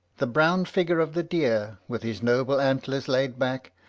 the brown figure of the deer, with his noble antlers laid back,